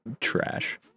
trash